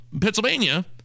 Pennsylvania